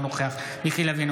אינו נוכח מיקי לוי,